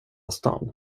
stan